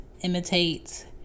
imitate